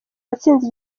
watsinze